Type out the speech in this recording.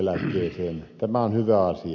tämä on hyvä asia